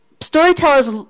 storytellers